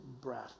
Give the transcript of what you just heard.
breath